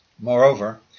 Moreover